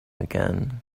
again